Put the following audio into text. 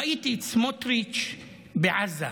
ראיתי את סמוטריץ' בעזה.